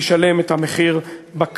והוא ישלם את המחיר בקלפי.